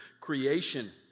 creation